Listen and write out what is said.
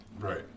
right